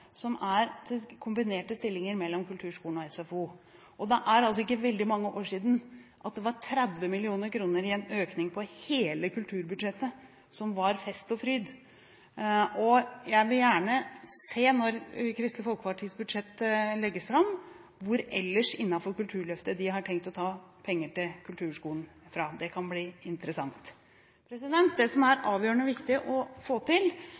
som er til kombinerte stillinger mellom kulturskolene og SFO. Det er ikke veldig mange år siden det var 30 mill. kr i en økning på hele kulturbudsjettet, som var fest og fryd. Jeg vil gjerne se når Kristelig Folkepartis budsjett legges fram, hvor ellers innenfor Kulturløftet de har tenkt å ta penger til kulturskolen fra. Det kan bli interessant. Det som er avgjørende viktig å få til,